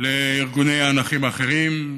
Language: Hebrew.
וארגוני הנכים האחרים,